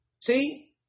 See